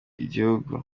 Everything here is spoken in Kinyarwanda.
igihugu